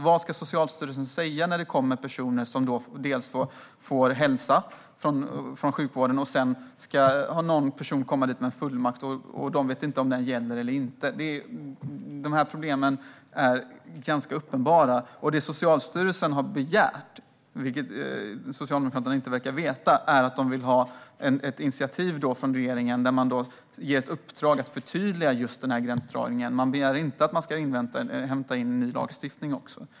Vad ska Socialstyrelsen säga när det kommer personer som får hälsovård från sjukvården och det samtidigt finns någon annan person som kommer med en fullmakt. Då vet de inte om den gäller eller inte. Dessa problem är ganska uppenbara. Det Socialstyrelsen har begärt, vilket Socialdemokraterna inte verkar veta, är att regeringen tar initiativ till ett uppdrag där gränsdragningen förtydligas. Man begär inte ny lagstiftning.